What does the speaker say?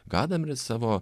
gadameris savo